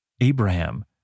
Abraham